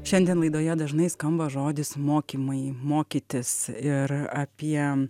šiandien laidoje dažnai skamba žodis mokymai mokytis ir apie